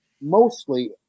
mostly